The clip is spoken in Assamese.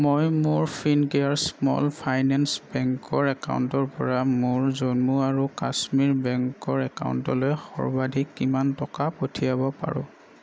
মই মোৰ ফিনকেয়াৰ স্মল ফাইনেন্স বেংকৰ একাউণ্টৰ পৰা মোৰ জম্মু আৰু কাশ্মীৰ বেংকৰ একাউণ্টলৈ সৰ্বাধিক কিমান টকা পঠিয়াব পাৰোঁ